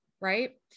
right